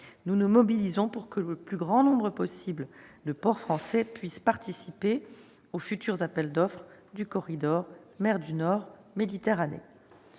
Nous nous mobilisons pour que le plus grand nombre possible de ports français puissent participer aux futurs appels d'offres du corridor mer du Nord-Méditerranée.